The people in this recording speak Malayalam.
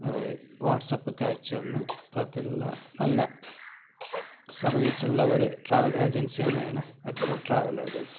അവർ വാട്ട്സപ്പുക്കയച്ചു തന്നു അത്തരത്തിലുള്ള നല്ല സർവീസുള്ള ഒരു ട്രാവൽ ഏജൻസെന്നാണ് അക്ബർ ട്രാവൽ ഏജൻസി